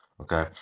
okay